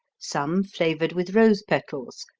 some flavored with rose petals,